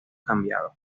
cambiado